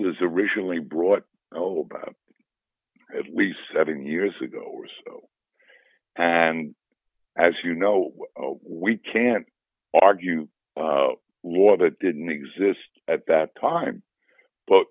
was originally brought about at least seven years ago or so and as you know we can't argue law that didn't exist at that time but